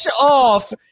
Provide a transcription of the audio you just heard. off